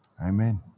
Amen